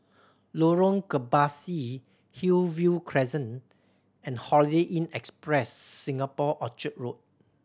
Lorong Kebasi Hillview Crescent and Holiday Inn Express Singapore Orchard Road